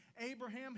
Abraham